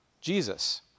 Jesus